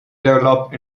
develop